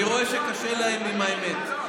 אני רואה שקשה להם עם האמת.